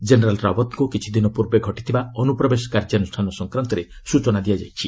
general ରାଓ୍ୱତଙ୍କୁ କିଛିଦିନ ପ୍ରର୍ବେ ଘଟିଥିବା ଅନୁପ୍ରବେଶ କାର୍ଯ୍ୟାନୁଷ୍ଠାନ ସଂକ୍ରାନ୍ତରେ ସୂଚନା ଦିଆଯାଇଛି